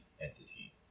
entity